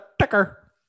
ticker